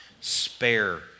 spare